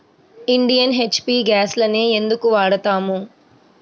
Indian, HP గ్యాస్లనే ఎందుకు వాడతాము?